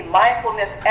mindfulness